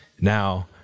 Now